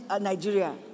Nigeria